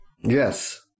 Yes